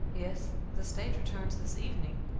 yes the stage returns this evening,